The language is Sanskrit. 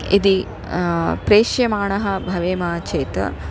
यदि प्रेष्यमाणः भवेम चेत्